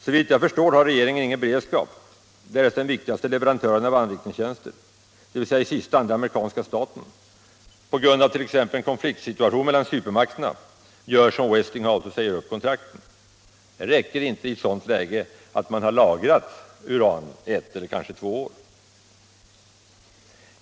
Såvitt jag förstår har regeringen ingen beredskap därest den viktigaste leverantören av anrikningstjänster, dvs. i sista hand den amerikanska staten, på grund av t.ex. en konfliktsituation mellan supermakterna gör som Westinghouse och säger upp kontrakten. Det räcker inte i ett sådant läge att man lagrat uran för ett eller kanske två år.